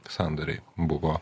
sandoriai buvo